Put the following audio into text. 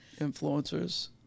influencers